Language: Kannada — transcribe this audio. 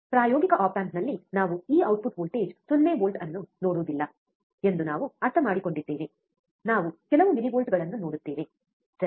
ಪ್ರಾಯೋಗಿಕ ಆಪ್ ಆಂಪ್ ನಲ್ಲಿ ನಾವು ಈ ಔಟ್ಪುಟ್ ವೋಲ್ಟೇಜ್ 0 ವೋಲ್ಟ್ ಅನ್ನು ನೋಡುವುದಿಲ್ಲ ಎಂದು ನಾವು ಅರ್ಥಮಾಡಿಕೊಂಡಿದ್ದೇವೆ ನಾವು ಕೆಲವು ಮಿಲಿವೋಲ್ಟ್ಗಳನ್ನು ನೋಡುತ್ತೇವೆ ಸರಿ